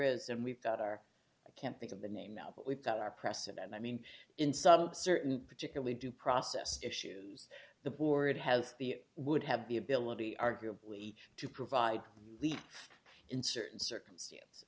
is and we've got our i can't think of the name now but we've got our press and i mean in some observant particularly due process issues the board has the would have be ability arguably to provide relief in certain circumstance